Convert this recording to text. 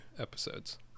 episodes